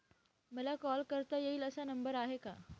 मला कॉल करता येईल असा नंबर आहे का?